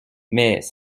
mais